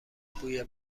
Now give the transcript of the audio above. بوی